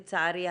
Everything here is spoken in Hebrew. לצערי,